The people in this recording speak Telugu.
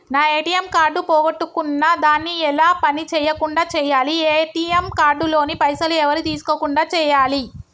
నా ఏ.టి.ఎమ్ కార్డు పోగొట్టుకున్నా దాన్ని ఎలా పని చేయకుండా చేయాలి ఏ.టి.ఎమ్ కార్డు లోని పైసలు ఎవరు తీసుకోకుండా చేయాలి?